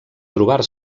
trobar